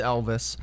Elvis